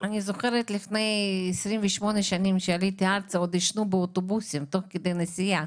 אני זוכרת לפני 28 שעליתי לארץ עוד עישנו באוטובוסים תוך כדי נסיעה,